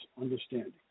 understanding